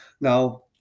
Now